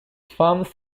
farms